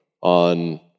on